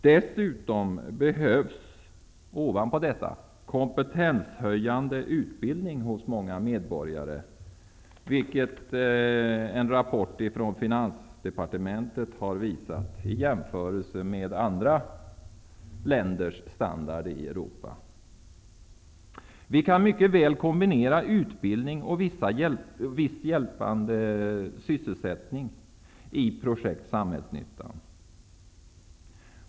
Dessutom behöver många medborgare kompetenshöjande utbildning, vilket en rapport från finansdepartementet visar där man har gjort en jämförelse med andra länder i Europa. Vi kan mycket väl kombinera utbildning och viss sysselsättning i projekt Samhällsnyttan.